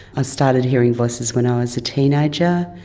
ah started hearing voices when i was a teenager.